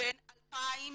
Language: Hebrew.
בין 2014